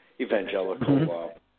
evangelical